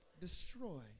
destroy